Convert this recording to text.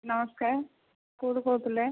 ନମସ୍କାର କୋଉଠୁ କହୁଥିଲେ